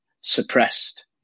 suppressed